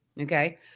Okay